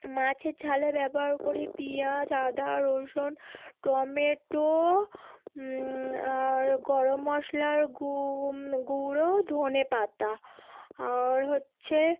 মাছের ঝালে ব্যবহার করি পেঁয়াজ আদা রসুন টমেটো আর গরম মশলার গুঁড়ো ধনেপাতা আর হচ্ছে